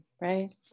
right